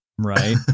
right